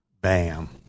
Bam